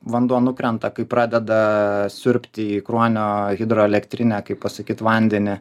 vanduo nukrenta kai pradeda siurbti kruonio hidroelektrinę kaip pasakyt vandenį